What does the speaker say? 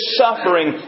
suffering